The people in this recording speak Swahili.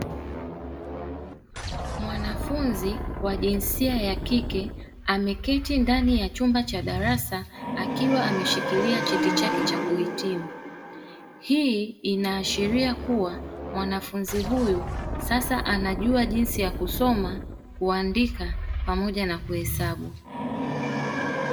Mwanafunzi wa jinsia ya kike ameketi ndani ya chumba cha darasa akiwa ameshikilia cheti chake cha kuhitimu, hii inaashiria kuwa mwanafunzi huyu sasa anajua jinsi ya kusoma, kuandika pamoja na kuhesabu.